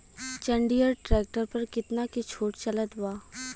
जंडियर tractor पर कितना के छूट चलत बा?